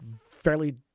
fairly